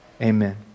Amen